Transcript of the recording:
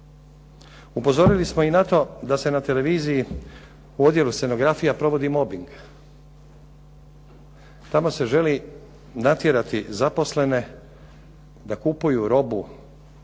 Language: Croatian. Upozorili smo i na to da se na televiziji u odjelu scenografija provodi mobbing. Tamo se želi natjerati zaposlene da kupuju robu